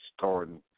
starting